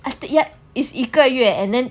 I th~ ya it's 一个月 and then